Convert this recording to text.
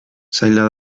zaila